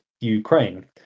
Ukraine